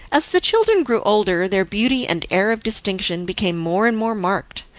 as the children grew older their beauty and air of distinction became more and more marked,